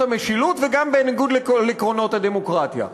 המשילות וגם בניגוד לעקרונות הדמוקרטיה.